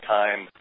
time